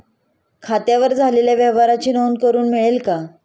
खात्यावर झालेल्या व्यवहाराची नोंद करून मिळेल का?